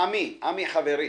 עמי, חברי,